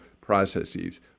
processes